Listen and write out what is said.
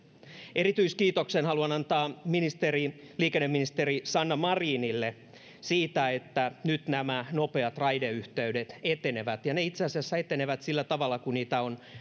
erityiskiitoksen haluan antaa liikenneministeri sanna marinille siitä että nyt nämä nopeat raideyhteydet etenevät ja ne itse asiassa etenevät sillä tavalla kuin niitä on